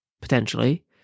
potentially